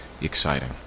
exciting